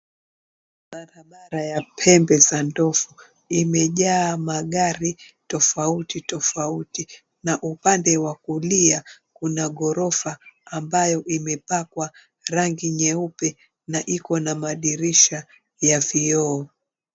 Barabara ya pembe za ndovu imejaa magari tofautitofauti na upande wa kulia kuna ghorofa ambayo imepakwa rangi nyeupe na iko na madirisha ya vioo.